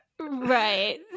right